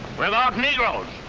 without negros!